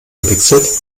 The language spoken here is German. gewechselt